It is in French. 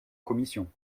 commission